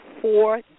four